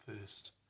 first